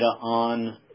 on